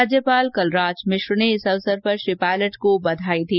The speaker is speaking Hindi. राज्यपाल कलराज मिश्र ने इस अवसर पर श्री पायलट को बधाई दी